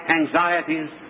anxieties